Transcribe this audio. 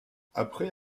après